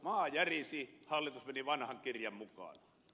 maa järisi hallitus meni vanhan kirjan mukaan